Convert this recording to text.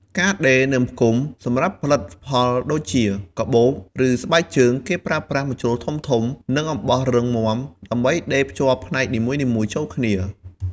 ការដេរ និងផ្គុំ សម្រាប់ផលិតផលដូចជា កាបូប ឬស្បែកជើង គេប្រើប្រាស់ម្ជុលធំៗ និងអំបោះរឹងមាំដើម្បីដេរភ្ជាប់ផ្នែកនីមួយៗចូលគ្នា។